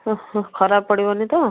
ହୁଁ ହୁଁ ଖରାପ ପଡ଼ିବନି ତ